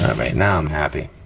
right now i'm happy,